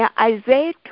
Isaiah